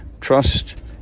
Trust